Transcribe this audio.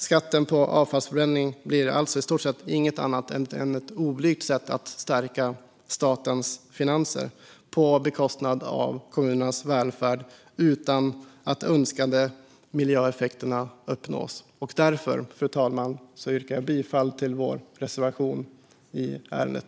Skatten på avfallsförbränning blir alltså i stort sett inget annat än ett oblygt sätt att stärka statens finanser på bekostnad av kommunernas välfärd utan att önskade miljöeffekter uppnås. Därför, fru talman, yrkar jag bifall till vår reservation i ärendet.